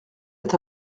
est